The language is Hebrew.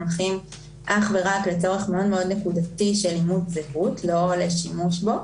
הם הולכים אך ורק לצורך מאוד נקודתי של אימות זהות לא לשימוש בו,